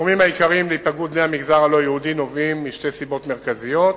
היפגעות בני המגזר הלא-יהודי נובעת משתי סיבות מרכזיות: